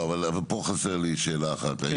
לא, אבל פה חסרה לי שאלה אחת.